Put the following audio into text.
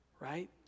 right